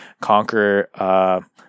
conquer